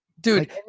Dude